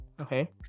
Okay